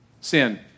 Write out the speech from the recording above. sin